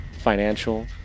financial